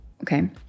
okay